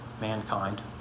mankind